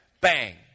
Bang